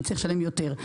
שהוא יצטרך לשלם יותר.